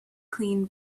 clean